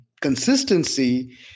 consistency